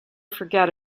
forget